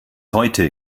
heute